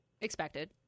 Expected